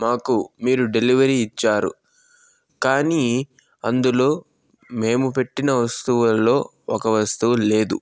మాకు మీరు డెలివరీ ఇచ్చారు కానీ అందులో మేము పెట్టిన వస్తువులలో ఒక వస్తువు లేదు